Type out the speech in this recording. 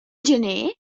gener